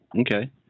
Okay